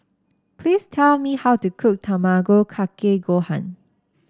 please tell me how to cook Tamago Kake Gohan